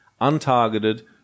Untargeted